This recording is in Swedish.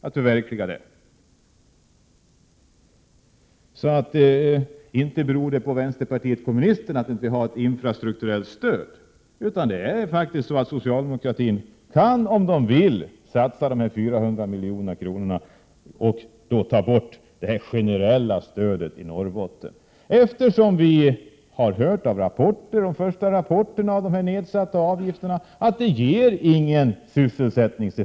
Att vi inte har ett infrastrukturellt stöd kan man inte lasta vänsterpartiet kommunisterna för. Socialdemokraterna kan faktiskt, om de vill, satsa dessa 400 milj.kr. och i samband därmed ta bort det generella stödet till Norrbotten. Av de första rapporterna om effekten av nedsättningen av de sociala avgifterna har vi hört att detta har inte någon verkan på sysselsättningen.